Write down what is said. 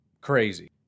crazy